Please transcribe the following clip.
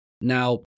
Now